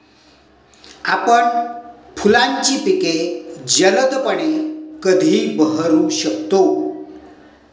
आपण फुलांची पिके जलदपणे कधी बहरू शकतो?